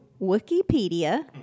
Wikipedia